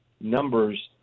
numbers